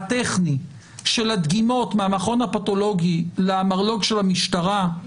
הטכני של הדגימות מהמכון הפתולוגי למרלו"ג של המשטרה,